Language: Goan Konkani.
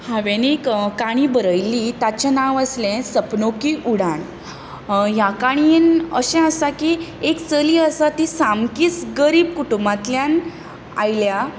हांवें एक काणी बरयली ताचें नांव आसलें सपनो की उडान ह्या काणयेन अशें आसा की एक चली आसा ती सामकीच गरीब कुटूंबांतल्यान आयल्या ताची